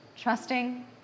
Trusting